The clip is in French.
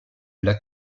lac